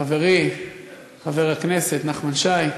חברי חבר הכנסת נחמן שי.